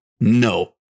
no